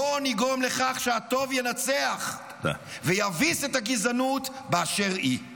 בוא נגרום לכך שהטוב ינצח ויביס את הגזענות באשר היא.